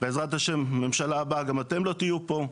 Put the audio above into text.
ובעזרת השם בממשלה הבאה גם אתם לא תהיו פה,